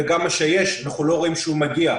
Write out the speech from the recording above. וגם מה שיש אנחנו לא רואים שהוא מגיע.